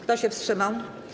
Kto się wstrzymał?